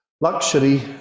luxury